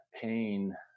pain